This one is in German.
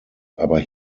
aber